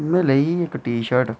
में लोई इक टी शर्ट